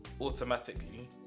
automatically